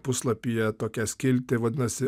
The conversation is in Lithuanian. puslapyje tokią skiltį vadinasi